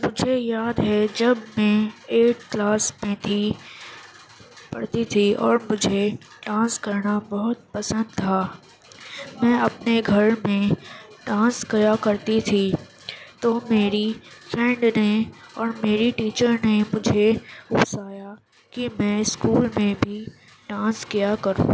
مجھے یاد ہے جب میں ایٹ کلاس میں تھی پڑھتی تھی اور مجھے ڈانس کرنا بہت پسند تھا میں اپنے گھر میں ڈانس کیا کرتی تھی تو میری فرینڈ نے اور میری ٹیچر نے مجھے اکسایا کہ میں اسکول میں بھی ڈانس کیا کروں